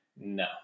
No